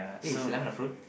eh is lemon a fruit